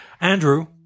Andrew